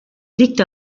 liegt